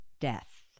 death